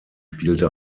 spielte